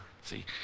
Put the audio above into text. see